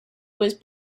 was